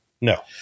No